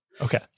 Okay